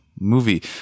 movie